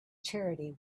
charity